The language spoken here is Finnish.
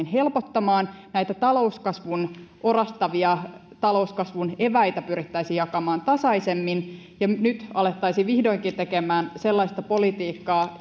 helpottamaan näitä orastavia talouskasvun eväitä pyrittäisiin jakamaan tasaisemmin ja nyt alettaisiin vihdoinkin tekemään sellaista politiikkaa